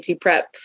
prep